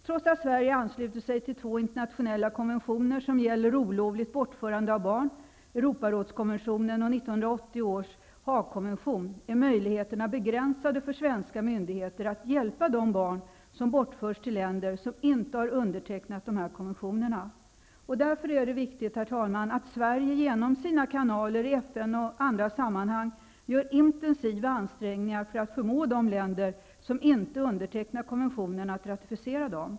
Trots att Sverige har anslutit sig till två internationella konventioner som gäller olovligt bortförande av barn, Europarådskonventionen och 1980 års Haagkonvention, är möjligheterna begränsade för svenska myndigheter att hjälpa de barn som bortförts till länder som inte har undertecknat dessa konventioner. Det är därför viktigt att Sverige genom sina kanaler i FN och andra sammanhang gör intensiva ansträngningar för att förmå de länder som inte undertecknat konventionerna att ratificera dem.